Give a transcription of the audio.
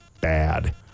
bad